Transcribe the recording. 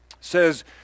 says